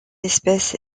espèce